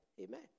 Amen